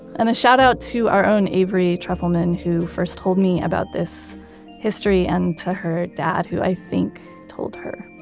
and a shout out to our own avery trufelman, who first told me about this history, and to her dad, who i think told her